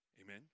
Amen